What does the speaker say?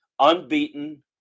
unbeaten